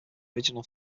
original